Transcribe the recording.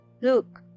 look